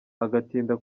agatinda